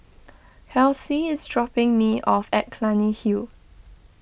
Kelsey is dropping me off at Clunny Hill